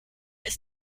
ist